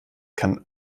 kann